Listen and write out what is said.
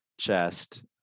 chest